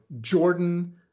Jordan